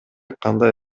кандай